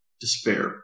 despair